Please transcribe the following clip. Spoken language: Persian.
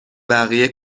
بقیه